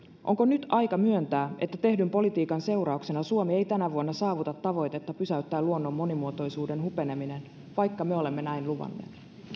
onko nyt aika myöntää että tehdyn politiikan seurauksena suomi ei tänä vuonna saavuta tavoitetta pysäyttää luonnon monimuotoisuuden hupeneminen vaikka me olemme näin luvanneet